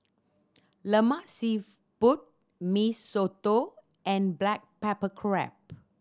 Lemak Siput Mee Soto and black pepper crab